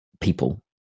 people